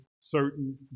certain